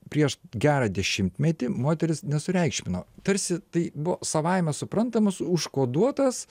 prieš gerą dešimtmetį moterys nesureikšmino tarsi tai buvo savaime suprantamas užkoduotas